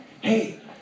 hey